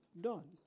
done